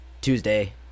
Tuesday